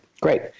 Great